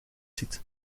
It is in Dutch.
ziet